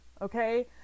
okay